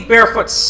Barefoot